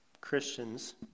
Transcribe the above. Christians